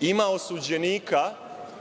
ima osuđenika